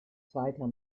zweiter